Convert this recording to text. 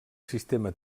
sistema